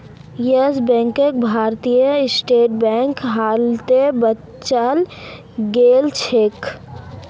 yes बैंकक Bharatiya State Bank हालते बचाल गेलछेक